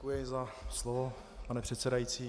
Děkuji za slovo, pane předsedající.